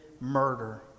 murder